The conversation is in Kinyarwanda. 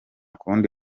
kundi